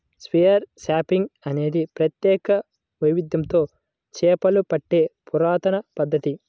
spear fishing అనేది ప్రత్యేక వైవిధ్యంతో చేపలు పట్టే పురాతన పద్ధతి